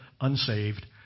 unsaved